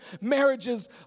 marriages